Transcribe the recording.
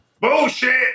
Bullshit